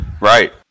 Right